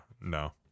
No